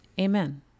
Amen